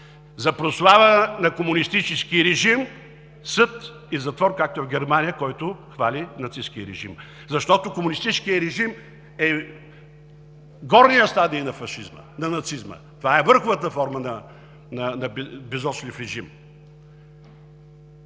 За прослава на комунистическия режим – съд и затвор, както в Германия за този, който хвали нацисткия режим! Защото комунистическият режим е горният стадий на фашизма, на нацизма, това е върховата форма на безочлив режим.